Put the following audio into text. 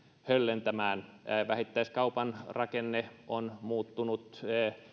höllentämään vähittäiskaupan rakenne on muuttunut